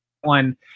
one